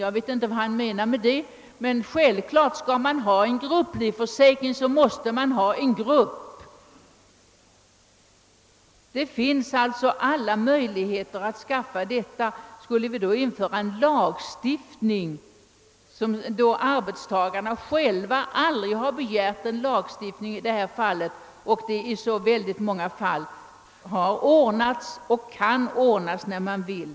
Jag vet inte vad han menar med det, men det är självklart att man måste ha en grupp om man skall ha en grupplivförsäkring. Det finns alltså alla möjligheter att få denna förmån. Skulle vi införa en lagstiftning, då arbetstagarna själva aldrig har begärt en lagstiftning, då saken i så många fall har ordnats och då den kan ordnas om man vill?